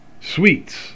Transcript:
sweets